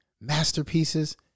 Masterpieces